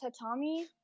tatami